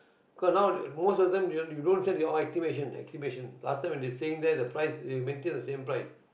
cause now most of them you don't send your e~ estimation estimation last time when they staying there it maintains the same price